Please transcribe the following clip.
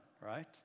right